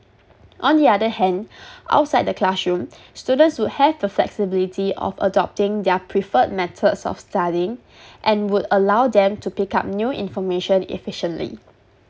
on the other hand outside the classroom students would have the flexibility of adopting their preferred methods of studying and would allow them to pick up new information efficiently